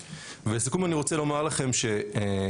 ולסיכום אני רוצה לומר לכם שבאחריות